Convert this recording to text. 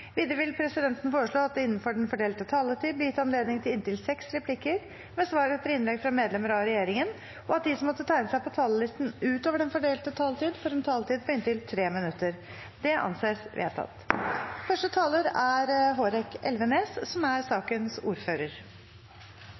Vidare vil presidenten føreslå at det – innanfor den fordelte taletida – vert gjeve anledning til inntil fem replikkar med svar etter innlegg frå medlemer av regjeringa, og at dei som måtte teikna seg på talarlista utover den fordelte taletida, får ei taletid på inntil 3 minutt. – Det er vedteke. Representanten Bruun-Gundersen, som er